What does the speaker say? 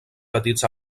petits